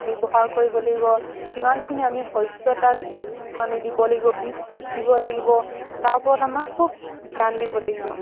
ব্যৱহাৰ কৰিব লাগিব কিমানখিনি আমি শস্য তাত মানে দিব লাগিব বীজ সিঁচিব লাগিব তাৰ ওপৰত আমাক খুব ধ্যান দিব লাগিব